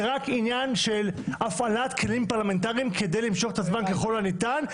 זה רק עניין של הפעלת כלים פרלמנטריים כדי למשוך את הזמן ככל הניתן,